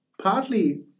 partly